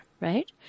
Right